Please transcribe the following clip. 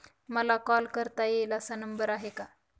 मला कॉल करता येईल असा नंबर आहे का?